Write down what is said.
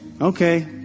Okay